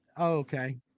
Okay